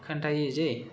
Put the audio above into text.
खोन्थायो जे